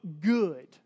good